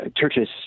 churches